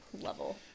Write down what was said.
level